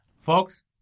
Folks